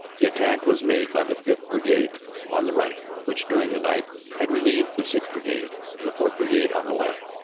the attack was made by the fifth. brigade on the right, which during the night had relieved the sixth. brigade and the fourth. brigade on the left,